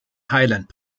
highland